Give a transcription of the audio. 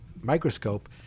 microscope